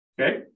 Okay